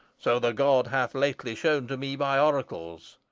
so the god hath lately shown to me by oracles.